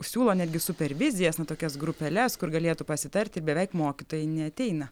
siūlo netgi supervizijas na tokias grupeles kur galėtų pasitarti ir beveik mokytojai neateina